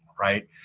Right